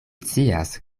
scias